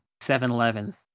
7-Elevens